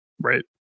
right